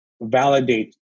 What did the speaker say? validate